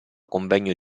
convegno